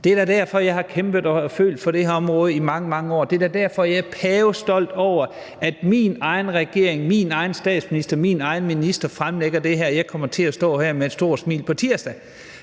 Det er derfor, jeg har kæmpet og følt for det her område i mange, mange år. Det er da derfor, jeg er pavestolt over, at min egen regering, min egen statsminister, min egen minister fremlægger det her, og at jeg kommer til at stå her med et stort smil på tirsdag.